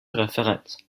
referenz